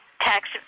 tax